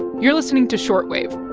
you're listening to short wave.